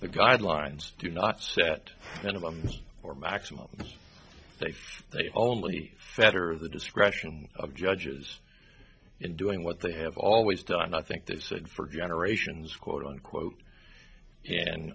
the guidelines do not set minimum or maximum safe they only fetter the discretion of judges in doing what they have always done i think they said for generations quote unquote